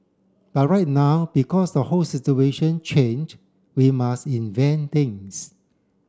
but right now because the whole situation change we must invent things